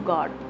God